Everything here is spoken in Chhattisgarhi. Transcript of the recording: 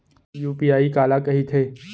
यू.पी.आई काला कहिथे?